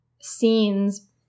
scenes